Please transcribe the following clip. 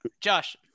Josh